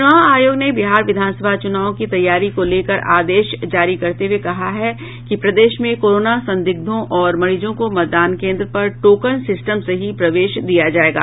चुनाव आयोग ने बिहार विधानसभा चुनाव की तैयारी को लेकर आदेश जारी करते हुये कहा है कि प्रदेश में कोरोना संदिग्धों और मरीजों को मतदान केंद्र पर टोकन सिस्टम से ही प्रवेश दिया जायेगा